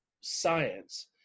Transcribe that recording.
science